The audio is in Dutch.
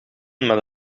met